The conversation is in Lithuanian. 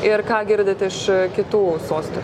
ir ką girdit iš kitų sostinių